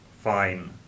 fine